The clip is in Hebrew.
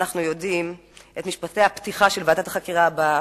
אנחנו יודעים את משפטי הפתיחה של ועדת החקירה הבאה,